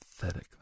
pathetic